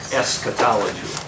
eschatology